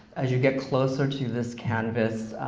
as you get closer to this canvas,